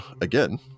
again